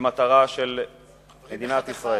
ומטרה של מדינת ישראל,